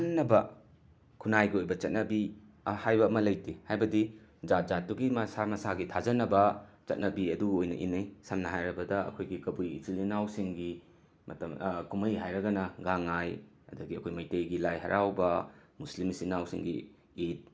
ꯑꯈꯟꯅꯕ ꯈꯨꯅꯥꯏꯒꯤ ꯑꯣꯏꯕ ꯆꯠꯅꯕꯤ ꯍꯥꯏꯕ ꯑꯃ ꯂꯩꯇꯦ ꯍꯥꯏꯕꯗꯤ ꯖꯥꯠ ꯖꯥꯠꯇꯨꯒꯤ ꯃꯁꯥ ꯃꯁꯥꯒꯤ ꯊꯥꯖꯅꯕ ꯆꯠꯅꯕꯤ ꯑꯗꯨ ꯑꯣꯏꯅ ꯏꯟꯅꯩ ꯁꯝꯅ ꯍꯥꯏꯔꯕꯗ ꯑꯩꯈꯣꯏꯒꯤ ꯀꯕꯨꯏ ꯏꯆꯤꯜ ꯏꯅꯥꯎꯁꯤꯡꯒꯤ ꯃꯇꯝ ꯀꯨꯝꯃꯩ ꯍꯥꯏꯔꯒꯅ ꯒꯥꯡꯉꯥꯏ ꯑꯗꯒꯤ ꯑꯩꯈꯣꯏ ꯃꯩꯇꯩꯒꯤ ꯂꯥꯏ ꯍꯔꯥꯎꯕ ꯃꯨꯁꯂꯤꯝ ꯏꯆꯤꯟ ꯏꯅꯥꯎꯁꯤꯡꯒꯤ ꯏꯗ